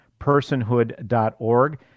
personhood.org